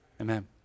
amen